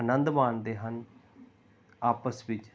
ਆਨੰਦ ਮਾਣਦੇ ਹਨ ਆਪਸ ਵਿੱਚ